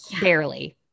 Barely